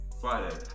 Friday